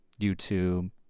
YouTube